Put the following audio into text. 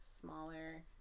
smaller